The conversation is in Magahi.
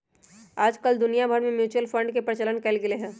आजकल दुनिया भर में म्यूचुअल फंड के प्रचलन कइल गयले है